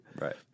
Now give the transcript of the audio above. Right